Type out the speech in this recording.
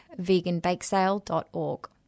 veganbakesale.org